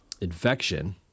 infection